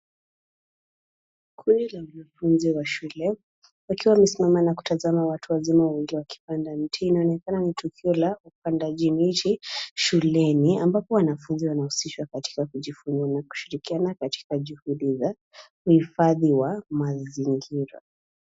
Kundi la wanafunzi wa shule, wakiwa wamesimama na kutazama watu wawili wazima wakipanda miti. Inaonekana ni tukio la upandaji miti shuleni ambapo wanafunzi wanahusishwa katika kujifunza na kushirikiana katika juhudi za uhifadhi wa mazingira.